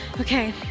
Okay